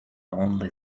only